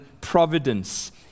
providence